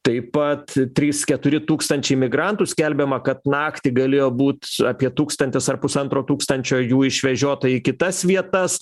taip pat trys keturi tūkstančiai migrantų skelbiama kad naktį galėjo būt apie tūkstantis ar pusantro tūkstančio jų išvežiota į kitas vietas